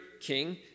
king